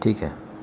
ٹھیک ہے